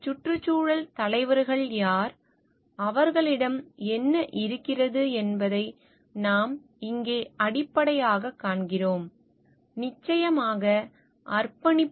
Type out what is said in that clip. எனவே சுற்றுச்சூழல் தலைவர்கள் யார் அவர்களிடம் என்ன இருக்கிறது என்பதை நாம் இங்கே அடிப்படையாகக் காண்கிறோம் நிச்சயமாக அர்ப்பணிப்பு